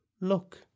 Look